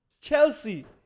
Chelsea